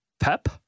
Pep